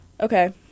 Okay